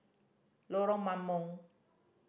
Lorong Mambong